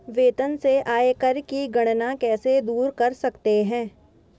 वेतन से आयकर की गणना कैसे दूर कर सकते है?